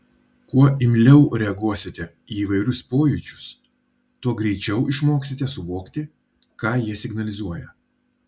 kuo imliau reaguosite į įvairius pojūčius tuo greičiau išmoksite suvokti ką jie signalizuoja